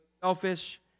selfish